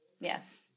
Yes